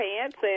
pants